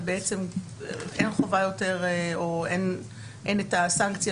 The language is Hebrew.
ובעצם אין חובה יותר או שאין את הסנקציה